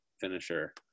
finisher